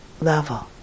level